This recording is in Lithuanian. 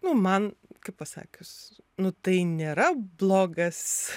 nu man kaip pasakius nu tai nėra blogas